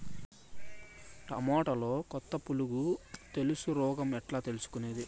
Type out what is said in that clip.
టమోటాలో కొత్త పులుగు తెలుసు రోగం ఎట్లా తెలుసుకునేది?